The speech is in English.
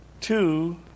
two